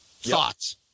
Thoughts